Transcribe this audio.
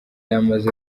yamaze